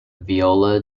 viola